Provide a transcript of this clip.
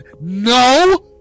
no